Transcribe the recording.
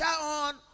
on